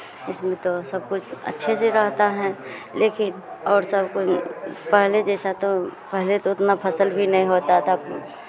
इसमें तो सब कुछ अच्छे से रहता है लेकिन और सब कुछ पहले जैसा तो पहले तो उतना फसल भी नहीं होता था